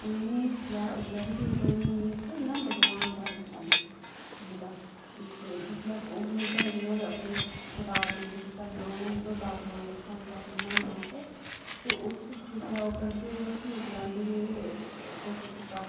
उ'नेंगी जिसलै ओह् लभदे ते उ'नेंगी इक इ'यां भगवान दा रूप लभदा ते जिसलै ओह् अमिताबचन होर अपनी कताब लिखदे जिसदा नांऽ उ'नें उ'यै भागवान रक्खे दा होंदा फिल्मै दे नांऽ उप्पर ते उसगी जिसलै करदे ते उसी ओह् गलांदे के कुस ओह् कीता